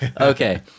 okay